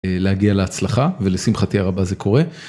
להגיע להצלחה ולשמחתי הרבה זה קורה.